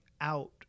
out